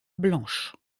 blanche